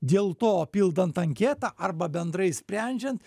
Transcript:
dėl to pildant anketą arba bendrai sprendžiant